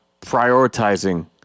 prioritizing